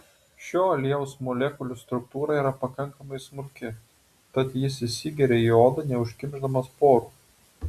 šio aliejaus molekulių struktūra yra pakankamai smulki tad jis įsigeria į odą neužkimšdamas porų